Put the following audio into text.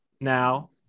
now